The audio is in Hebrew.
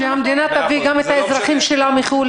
שלפני כן המדינה תביא גם את האזרחים שלה מחו"ל.